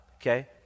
okay